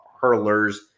hurlers